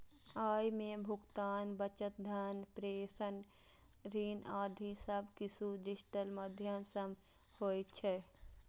अय मे भुगतान, बचत, धन प्रेषण, ऋण आदि सब किछु डिजिटल माध्यम सं होइ छै